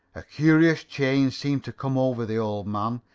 a curious change seemed to come over the old man.